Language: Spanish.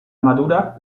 madura